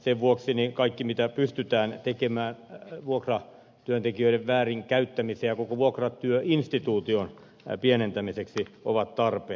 sen vuoksi kaikki mitä pystytään tekemään vuokratyöntekijöiden väärinkäyttämisen ja koko vuokratyöinstituution pienentämiseksi ovat tarpeen